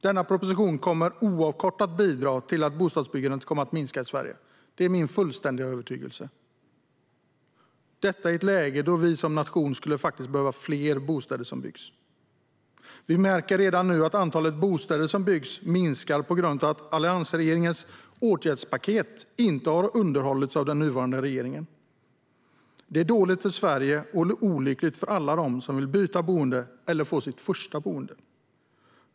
Denna proposition kommer oavkortat att bidra till att bostadsbyggandet kommer att minska i Sverige. Det är min fullständiga övertygelse. Detta sker i ett läge då vi som nation skulle behöva byggande av fler bostäder. Vi märker redan nu att antalet bostäder som byggs minskar på grund av att alliansregeringens åtgärdspaket inte har underhållits av den nuvarande regeringen. Det är dåligt för Sverige och olyckligt för alla de som vill byta boende eller få sitt första boende.